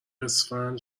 اسفند